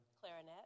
Clarinet